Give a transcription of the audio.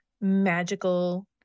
magical